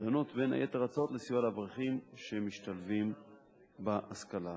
נדונות בין היתר הצעות לסיוע לאברכים שמשתלבים בהשכלה הגבוהה.